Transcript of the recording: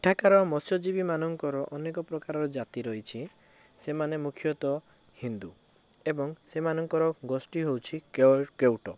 ଏଠାକାର ମତ୍ସ୍ୟଜୀବି ମାନଙ୍କର ଅନେକ ପ୍ରକାରର ଜାତି ରହିଛି ସେମାନେ ମୁଖ୍ୟତଃ ହିନ୍ଦୁ ଏବଂ ସେମାନଙ୍କର ଗୋଷ୍ଠୀ ହେଉଛି କେ କେଉଟ